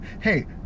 hey